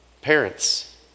parents